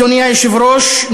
אדוני היושב-ראש,